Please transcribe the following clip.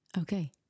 Okay